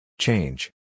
Change